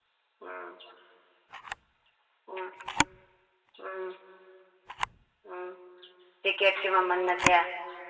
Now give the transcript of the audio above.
ꯎꯝ ꯎꯝ ꯎꯝ ꯎꯝ ꯖꯦꯀꯦꯠꯀꯤ ꯃꯃꯟꯅ ꯀꯌꯥ